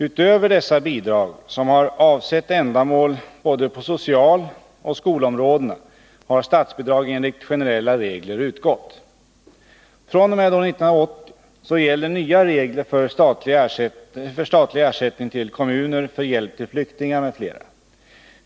Utöver dessa bidrag, som har avsett ändamål på både socialoch skolområdena, har statsbidrag enligt generella regler utgått. fr.o.m. år 1980 gäller nya regler för statlig ersättning till kommuner för hjälp till flyktingar m.fl.